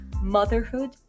motherhood